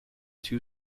two